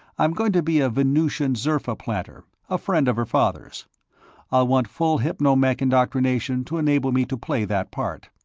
i'm going to be a venusian zerfa planter, a friend of her father's i'll want full hypno-mech indoctrination to enable me to play that part.